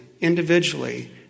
individually